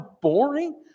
boring